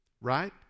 right